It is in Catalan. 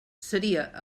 seria